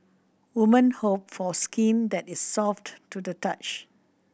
women hope for skin that is soft to the touch